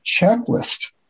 checklist